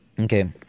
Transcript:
Okay